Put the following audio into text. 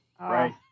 Right